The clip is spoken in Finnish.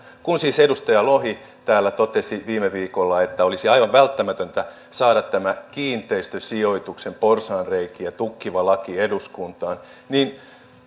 kun siis edustaja lohi täällä totesi viime viikolla että olisi aivan välttämätöntä saada tämä kiinteistösijoituksen porsaanreikiä tukkiva laki eduskuntaan niin